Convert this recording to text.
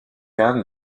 khan